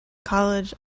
college